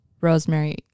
rosemary